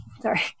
sorry